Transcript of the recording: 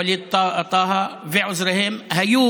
ווליד טאהא ועוזריהם היו